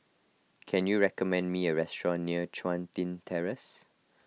can you recommend me a restaurant near Chun Tin Terrace